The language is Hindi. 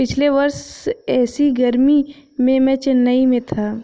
पिछले वर्ष ऐसी गर्मी में मैं चेन्नई में था